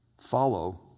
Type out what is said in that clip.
Follow